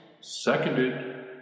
Seconded